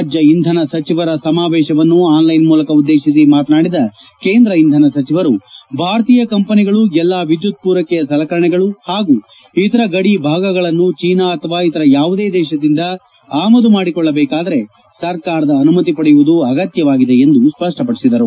ರಾಜ್ಞ ಇಂಧನ ಸಚಿವರುಗಳ ಸಮಾವೇಶವನ್ನು ಆನ್ಲೈನ್ ಮೂಲಕ ಉದ್ದೇಶಿಸಿ ಮಾತನಾಡಿದ ಕೇಂದ್ರ ಇಂಧನ ಸಚಿವರು ಭಾರತೀಯ ಕಂಪನಿಗಳು ಎಲ್ಲ ವಿದ್ಯುತ್ ಪೂರೈಕೆಯ ಸಲಕರಣೆಗಳು ಹಾಗೂ ಇತರ ಬಿಡಿ ಭಾಗಗಳನ್ನು ಚೀನಾ ಅಥವಾ ಇತರ ಯಾವುದೇ ದೇಶದಿಂದ ಆಮದು ಮಾಡಿಕೊಳ್ಟಬೇಕಾದರೆ ಸರ್ಕಾರದ ಅನುಮತಿ ಪಡೆಯುವುದು ಅಗತ್ಯವಾಗಿದೆ ಎಂದು ಸ್ಪಷ್ಟಪಡಿಸಿದರು